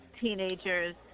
Teenagers